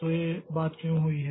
तो यह बात क्यों हुई है